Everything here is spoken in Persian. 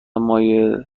مایع